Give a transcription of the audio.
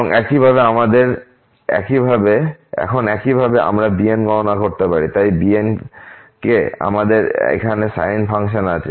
এবং এখন একইভাবে আমরা bn গণনা করতে পারি তাই bn তে আমাদের এখানে সাইন ফাংশন আছে